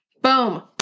Boom